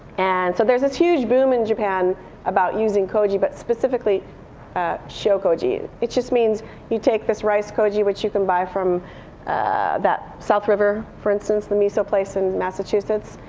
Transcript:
and so, there's this huge boom in japan about using koji but specifically shio-koji. it just means you take this rice-koji, which you can buy from south river for instance, the miso place in massachusetts.